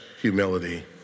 humility